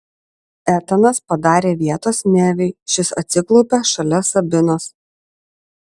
etanas padarė vietos neviui šis atsiklaupė šalia sabinos